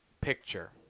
picture